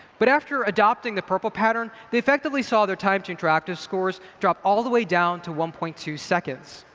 but after adopting the prpl pattern, they effectively saw their time to interactive scores drop all the way down to one point two seconds.